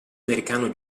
americano